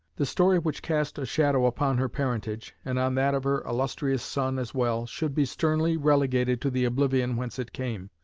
the story which cast a shadow upon her parentage, and on that of her illustrious son as well, should be sternly relegated to the oblivion whence it came.